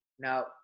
Now